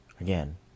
again